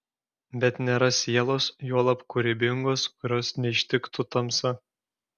bet nėra sielos juolab kūrybingos kurios neištiktų tamsa